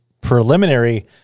preliminary